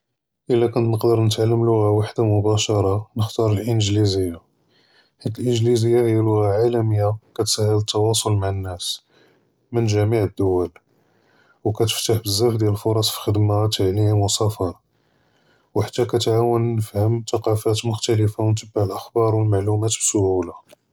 אלא כאן נقدر נתעלם לוג׳ה וחדה מבאשׁרה נכתאר אלאנגליזיה, בחית אלאנגליזיה היא לוג׳ה עאלמיה כתסהּל תואצל מע נאס מן ג׳מיע אלדואל, וכּתפתח בזאף דיאל אלפרץ פלאח׳דמא, תעלים וספארה, וחתה כתעאון נפהם ת׳קאפות מכתלפה ונתבע אלאכ׳באר ואלמע׳לומת בסהולה.